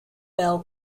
bell